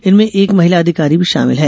इनमें एक महिला अधिकारी भी शामिल है